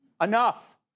Enough